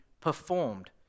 performed